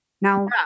Now